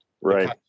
right